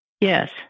Yes